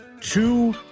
two